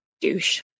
douche